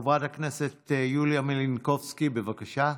חברת הכנסת יוליה מלינובסקי, בבקשה,